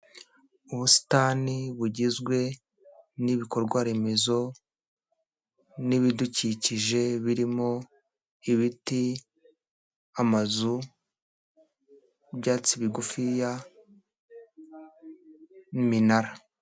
Ubusitani bugizwe n'ibikorwa remezo n'ibidukikije birimo ibiti, amazu, ibyatsi bigufiya n'iminara.